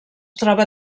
troba